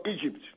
Egypt